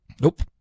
Nope